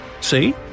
See